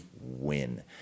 win